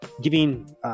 giving